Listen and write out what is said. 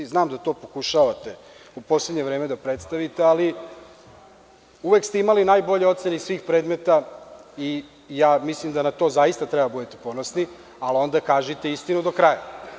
Znam da to pokušavate u poslednje vreme da predstavite, ali uvek ste imali najbolje ocene iz svih predmeta i mislim da na to zaista treba da budete ponosni, ali onda kažite istinu do kraja.